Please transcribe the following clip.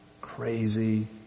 crazy